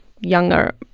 younger